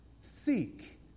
seek